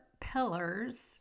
pillars